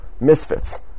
misfits